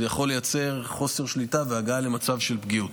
זה יכול לייצר חוסר שליטה והגעה למצב של פגיעות.